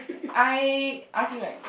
I ask you right